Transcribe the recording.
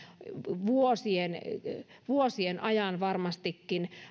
vuosien vuosien ajan varmastikin